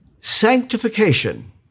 Sanctification